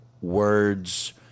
words